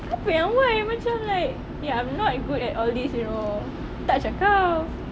apa yang why macam like eh I'm not good at all this you know tak macam kau